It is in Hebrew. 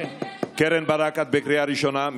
את בקריאה ראשונה.